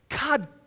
God